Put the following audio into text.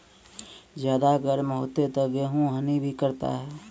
ज्यादा गर्म होते ता गेहूँ हनी भी करता है?